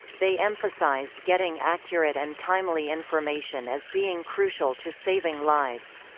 they emphasized getting accurate and timely information as being crucial to saving lives.